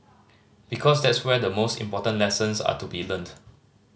because that's where the most important lessons are to be learnt